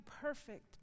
perfect